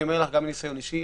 אני אומר לך גם מניסיון אישי,